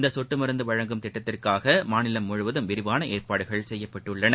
இந்த சொட்டு மருந்து வழங்கும் திட்டத்திற்காக மாநிலம் முழுவதும் விரிவாள ஏற்பாடுகள் செய்யப்பட்டுள்ளன